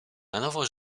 nowo